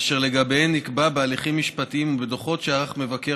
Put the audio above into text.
אשר לגביהן נקבע בהליכים משפטיים ובדוחות שערך מבקר